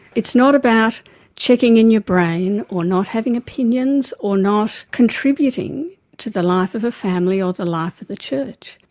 it's not about checking in your brain or not having opinions, or not contributing to the life of a family or the life of the church.